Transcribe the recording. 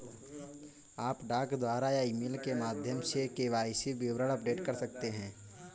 आप डाक द्वारा या ईमेल के माध्यम से के.वाई.सी विवरण अपडेट कर सकते हैं